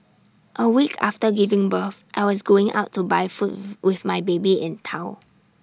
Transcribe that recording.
A week after giving birth I was going out to buy with my baby in tow